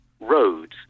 roads